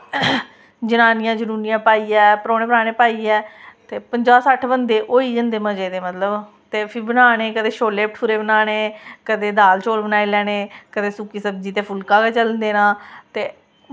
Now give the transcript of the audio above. जनानियां जनूनियां पाइयै परौह्ने पराह्ने पाइयै ते पंजाह् सट्ठ बंदे होई गै जंदे मज़े दे मतलब ते फ्ही बनाने कदें छोल्ले भठूरे बनाने कदें दाल चौल बनाई लैने कदें सुक्की सब्जी ते फुल्का गै चलन देना ते